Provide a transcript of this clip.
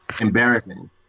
embarrassing